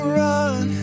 run